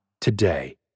today